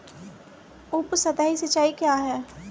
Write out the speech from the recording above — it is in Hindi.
उपसतही सिंचाई क्या है?